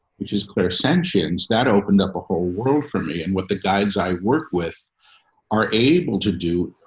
which is clare sanctions that opened up a whole world for me. and what the guides i work with are able to do.